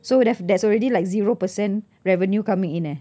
so that that's already like zero percent revenue coming in eh